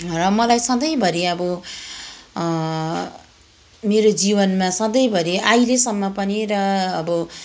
र मलाई सधैँभरि अब मेरो जीवनमा सधैँभरि अहिलेसम्म पनि र अब